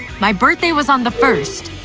my birthday was on the first.